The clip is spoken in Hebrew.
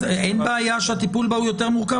אין בעיה שהטיפול בה יותר מורכב,